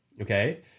okay